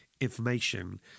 information